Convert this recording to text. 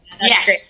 Yes